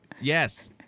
Yes